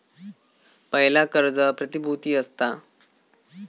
पयला कर्ज प्रतिभुती असता